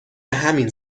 همین